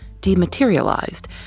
dematerialized